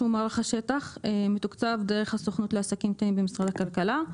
שהוא מערך השטח מתוקצב דרך הסוכנות לעסקים קטנים במשרד הכלכלה.